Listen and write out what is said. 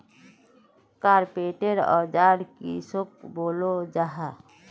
Carpenter औजार किसोक बोलो जाहा?